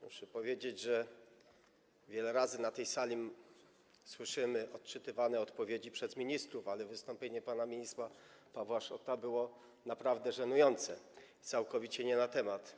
Muszę powiedzieć, że wiele razy na tej sali słyszymy odpowiedzi odczytywane przez ministrów, ale wystąpienie pana ministra Pawła Szrota było naprawdę żenujące, całkowicie nie na temat.